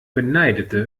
beneidete